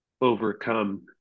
overcome